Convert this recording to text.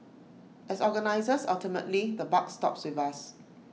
as organisers ultimately the buck stops with us